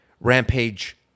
Rampage